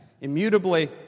immutably